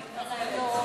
אני מתנצלת.